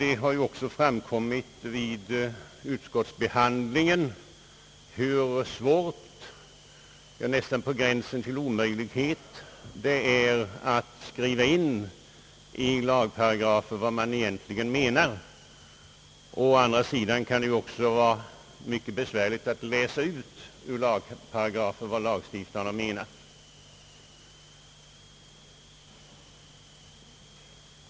Det har också framkommit vid utskottsbehandlingen hur svårt, ja nästan på gränsen till omöjligt, det är att i lagparagrafer skriva in vad man egentligen menar. Å andra sidan kan det också vara mycket besvärligt att ur lagparagrafer läsa ut vad lagstiftarna menar.